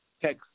text